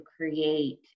create